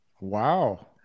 Wow